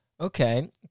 Okay